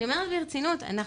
אנחנו